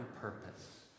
purpose